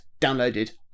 downloaded